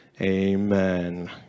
amen